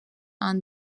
and